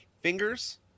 fingers